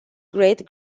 great